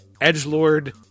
edgelord